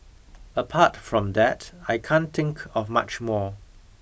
apart from that I can't think of much more